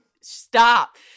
stop